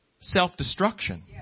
self-destruction